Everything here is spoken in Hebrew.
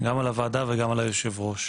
על הוועדה וגם על היושב-ראש.